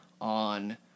on